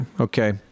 Okay